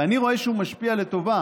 ואני רואה שהוא משפיע לטובה,